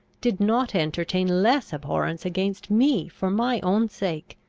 did not entertain less abhorrence against me for my own sake.